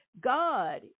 God